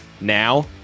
Now